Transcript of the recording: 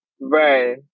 right